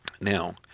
Now